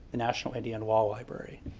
the national indian law library.